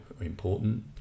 important